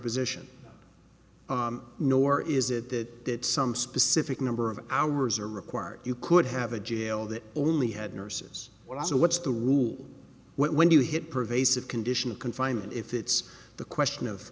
position nor is it that that some specific number of hours are required you could have a jail that only had nurses well so what's the rule when you hit pervasive condition of confinement if it's the question of